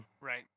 Right